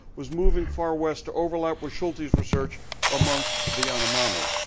was moving far west to overlap with schultes research amongst the yanomami.